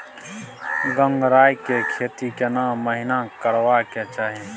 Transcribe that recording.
गंगराय के खेती केना महिना करबा के चाही?